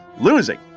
losing